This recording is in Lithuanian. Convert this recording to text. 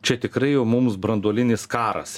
čia tikrai jau mums branduolinis karas